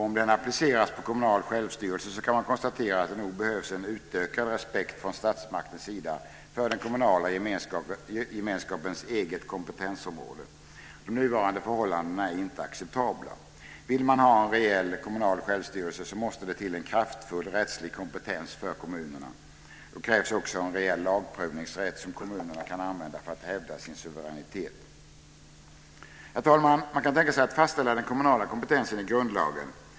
Om den appliceras på kommunal självstyrelse kan man konstatera att det nog behövs en utökad respekt från statsmaktens sida för den kommunala gemenskapens eget kompetensområde. De nuvarande förhållandena är inte acceptabla. Vill man ha en reell kommunal självstyrelse måste det till en kraftfull rättslig kompetens för kommunerna. Då krävs också en reell lagprövningsrätt som kommunerna kan använda för att hävda sin suveränitet. Herr talman! Man kan tänka sig att fastställa den kommunala kompetensen i grundlagen.